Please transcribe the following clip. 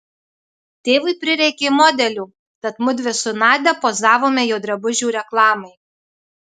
tėvui prireikė modelių tad mudvi su nadia pozavome jo drabužių reklamai